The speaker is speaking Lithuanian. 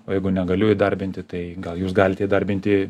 o jeigu negaliu įdarbinti tai gal jūs galite įdarbinti